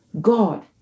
God